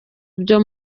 byo